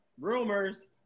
Rumors